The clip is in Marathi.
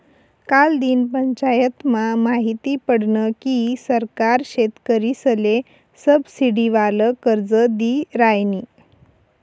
कालदिन पंचायतमा माहिती पडनं की सरकार शेतकरीसले सबसिडीवालं कर्ज दी रायनी